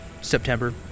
September